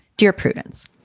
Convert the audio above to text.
dear prudence,